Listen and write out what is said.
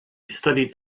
studied